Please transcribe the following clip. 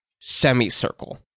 semicircle